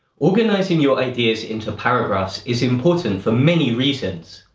organizing your ideas into paragraphs is important for many reasons.